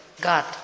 God